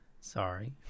Sorry